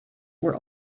were